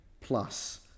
plus